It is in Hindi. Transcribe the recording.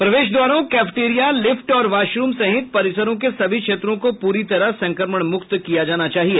प्रवेश द्वारों कैफेटेरिया लिफ्ट और वॉशरूम सहित परिसरों के सभी क्षेत्रों को पूरी तरह संक्रमण मुक्त किया जाना चाहिए